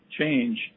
change